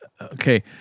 okay